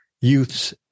youths